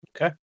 Okay